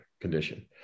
condition